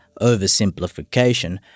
oversimplification